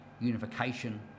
unification